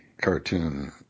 cartoon